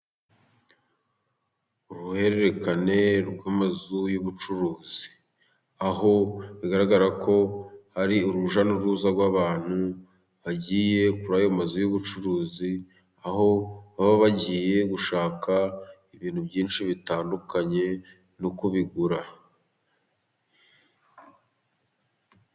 Uruhererekane rw'amazu y'ubucuruzi, aho bigaragara ko hari urujya n'uruza rw'abantu bagiye kuri ayo mazu y'ubucuruzi, aho baba bagiye gushaka ibintu byinshi bitandukanye no kubigura.